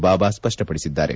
ಬಾಬಾ ಸ್ಪಷ್ಟಪಡಿಸಿದ್ದಾರೆ